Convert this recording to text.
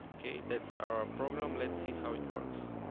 okay, that's our program let's see how it works.